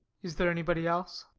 is there anybody else?